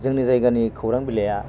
जोंनि जायगानि खौरां बिलाइया